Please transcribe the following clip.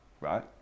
right